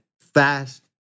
fast